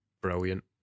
brilliant